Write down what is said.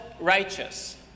righteous